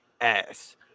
ass